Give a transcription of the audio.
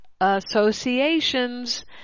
associations